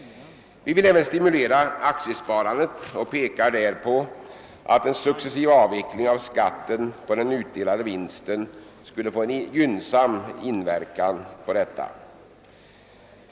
Vi vill även stimulera aktiesparandet och pekar där på att en successiv avveckling av skat ten på den utdelade vinsten skulle få en gynnsam inverkan.